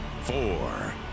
four